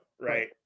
Right